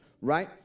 right